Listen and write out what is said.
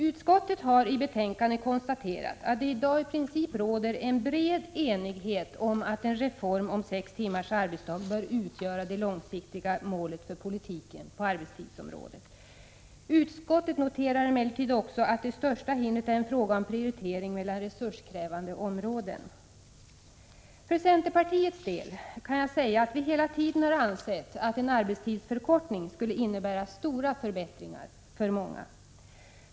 Utskottet har i betänkandet konstaterat att det i dag i princip råder en bred enighet om att en reform om sex timmars arbetsdag bör utgöra det långsiktiga målet för politiken på arbetstidsområdet. Utskottet noterar emellertid också att det största hindret är en fråga om prioritering mellan resurskrävande områden. För centerpartiets del kan jag säga att vi hela tiden har ansett att en arbetstidsförkortning skulle innebära stora förbättringar för många.